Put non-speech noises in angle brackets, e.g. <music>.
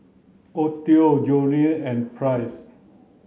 Audie Jolie and Price <noise>